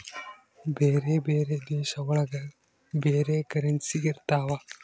ಬೇರೆ ಬೇರೆ ದೇಶ ಒಳಗ ಬೇರೆ ಕರೆನ್ಸಿ ಇರ್ತವ